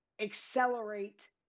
accelerate